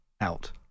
out